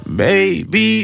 baby